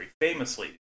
famously